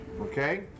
Okay